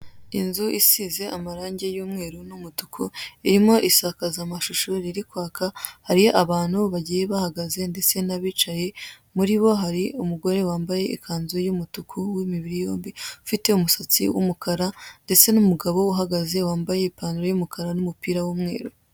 Inzu isize amarange y'umweru n'umutuku, irimo insakazamashusho iri kwaka, hari abantu bagiye bahagaze ndetse n'abicaye; muri bo hari umugore wambaye ikanzu y'umutuku w'imibiri yombi, ufite umusatsi w'umukara; ndetse n'umugabo uhagaze, wambaye ipantaro y'umukara n'umupira w'umweru.